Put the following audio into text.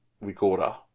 recorder